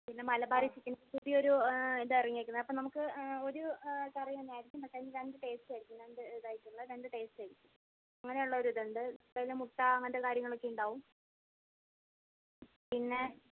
പിന്നെ Malabari chicken sixty ഒരു ഇതാ ഇറങ്ങിയിരിക്കുന്നത് അപ്പോൾ നമുക്ക് ഒരു കറി തന്നെ ആയിരിക്കും പക്ഷെ അതിന് രണ്ട് ടേസ്റ്റായിരിക്കും രണ്ട് ഇതായിട്ടുള്ള രണ്ടു ടേസ്റ്റായിരിക്കും അങ്ങനെ ഉള്ള ഒരു ഇതുണ്ട് പിന്നെ മുട്ട അങ്ങനത്തെ കാര്യങ്ങളൊക്കെ ഉണ്ടാകും പിന്നെ